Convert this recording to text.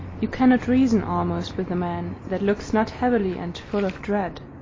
you cannot reason almost with a man that looks not heavily and fun of dread.